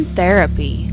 therapy